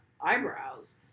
eyebrows